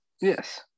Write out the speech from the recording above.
Yes